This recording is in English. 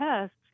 tests